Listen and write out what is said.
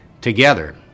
together